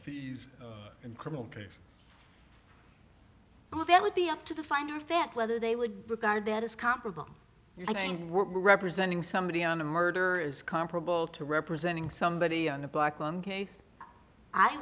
fees in criminal case oh that would be up to the finder of fact whether they would regard that as comparable you're saying we're representing somebody on a murder is comparable to representing somebody on a black lung case i